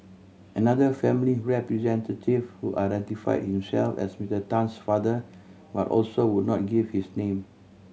another family representative who identified himself as Mister Tan's father but also would not give his name